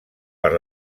per